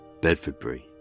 Bedfordbury